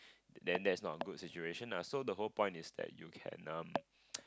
then that's not a good situation lah so the whole point is that you can um